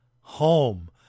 home